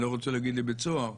אני לא רוצה להגיד לבית סוהר?